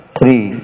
Three